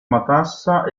matassa